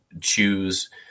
choose